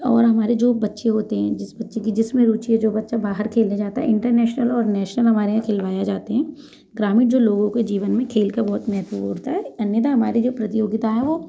और हमारे जो बच्चे होते हैं जिस बच्चे की जिसमें रुचि है जो बच्चा बाहर खेलने जाता है इंटरनेशनल और नेशनल हमारे यहाँ खेलवाया जाते हैं ग्रामीण जो लोगों के जीवन में खेल का बहुत महत्व होता है अन्यथा हमारे जो प्रतियोगिता हैं वो